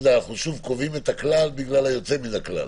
אנחנו שוב קובעים את הכלל בגלל היוצא מן הכלל.